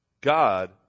God